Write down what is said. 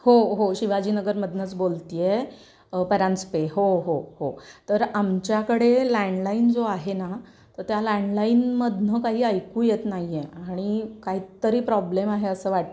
हो हो शिवाजीनगरमधूनच बोलती आहे परांजपे हो हो हो तर आमच्याकडे लँडलाईन जो आहे ना तर त्या लँडलाईनमधून काही ऐकू येत नाही आहे आणि काही तरी प्रॉब्लेम आहे असं वाटतं आहे